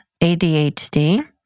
ADHD